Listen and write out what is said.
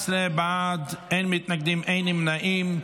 17 בעד, אין מתנגדים ואין נמנעים.